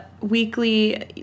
weekly